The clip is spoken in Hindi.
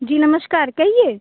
जी नमस्कार कहिए